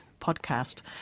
podcast